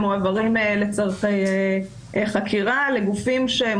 והם מועברים לצורכי חקירה לגופים שהם